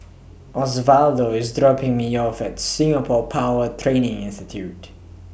Osvaldo IS dropping Me off At Singapore Power Training Institute